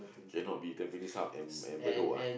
cannot be tampines-Hub and Bedok